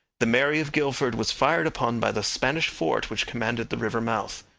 the mary of guildford was fired upon by the spanish fort which commanded the river mouth.